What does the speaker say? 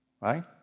right